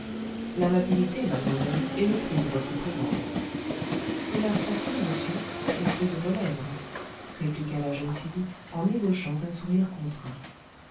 l'amabilité mademoiselle est le fruit de votre présence et la flatterie monsieur le fruit de vos lèvres répliqua la jeune fille en ébauchant un sourire contraint